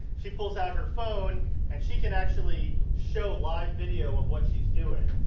she pulls out her phone and she can actually show live video of what she is doing.